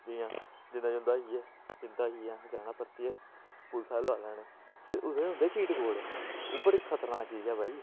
जि'यां जींदा जूंदा होई गे जींदा होइयै अस जाना परतियै पुलस आह्ले लोआए लैने फिर उत्थें होंदे चीड़कोड़ ओह् बड़ी खतरनाक चीज ऐ भाई